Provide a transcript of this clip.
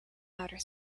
outer